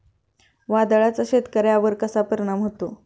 वादळाचा शेतकऱ्यांवर कसा परिणाम होतो?